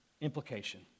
implication